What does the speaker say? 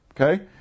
Okay